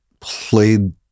played